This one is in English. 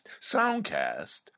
soundcast